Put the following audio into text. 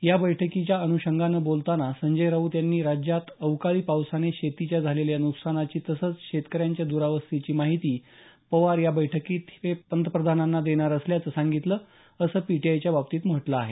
या बैठकीच्या अन्षंगानं बोलताना संजय राऊत यांनी राज्यात अवकाळी पावसाने शेतीच्या झालेल्या नुकसानाची तसंच शेतकऱ्यांच्या दुरावस्थेची माहिती पवार या बैठकीत हे पंतप्रधानांना देणार असल्याचं सांगितलं असं पीटीआयच्या बातमीत म्हटलं आहे